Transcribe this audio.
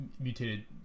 mutated